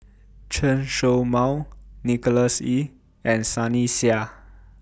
Chen Show Mao Nicholas Ee and Sunny Sia